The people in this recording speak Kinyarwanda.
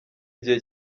gihe